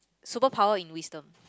superpower in wisdom